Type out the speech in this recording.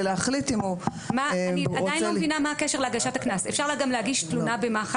להחליט אם הוא --- אני עדיין לא מבינה מה הקשר להגשת הקנס.